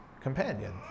companion